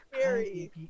scary